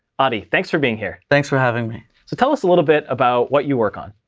adi, thanks for being here. thanks for having me. so tell us a little bit about what you work on.